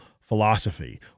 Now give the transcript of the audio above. philosophy